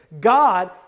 God